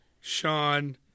Sean